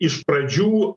iš pradžių